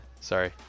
Sorry